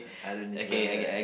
I don't deserve that